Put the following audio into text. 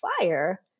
fire